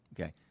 Okay